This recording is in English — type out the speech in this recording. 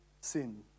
sin